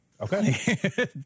Okay